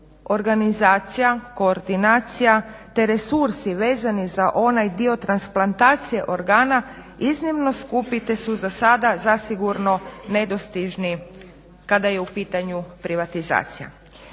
organizacija, koordinacija te resursi vezani za onaj dio transplantacije organa iznimno skupi te su zasada zasigurno nedostižni kada je u pitanju privatizacija.